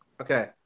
Okay